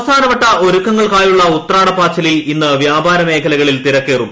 അവസാനവട്ട ഒരുക്കങ്ങൾക്കായുള്ള ഉത്രാടപാച്ചിലിൽ ഇന്ന് വ്യാപാര മേഖലകളിൽ തിരക്കേറും